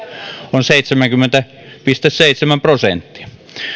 on seitsemänkymmentä pilkku seitsemän prosenttia